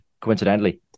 coincidentally